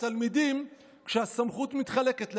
התלמידים כשהסמכות מתחלקת לארבעה,